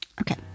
okay